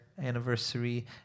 anniversary